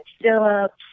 Phillips